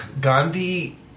Gandhi